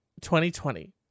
2020